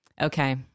Okay